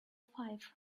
five